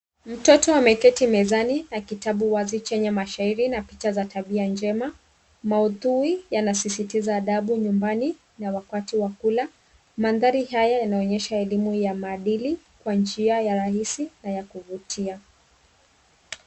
Mtoto wa ameketi mezani na kitabu mezani chenye mashairi na picha za tabia njema. Maudhui yanasisitiza adabu na wakati wa kula. Mandhari haya yanaonyesha elimu ya maadili ni nini kwa njia ya rais na ya kuvutia.